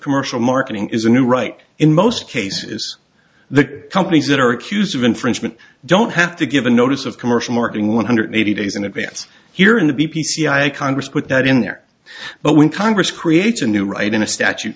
commercial marketing is a new right in most cases the companies that are accused of infringement don't have to give a notice of commercial marking one hundred eighty days in advance herein to be p c i e congress put that in there but when congress creates a new right in a statu